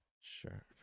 Sure